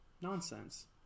nonsense